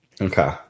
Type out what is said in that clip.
Okay